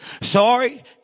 sorry